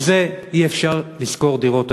עם זה אי-אפשר לשכור דירות.